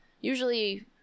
usually